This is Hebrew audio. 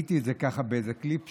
ראיתי את זה באיזה קליפ,